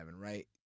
right